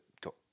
got